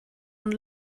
und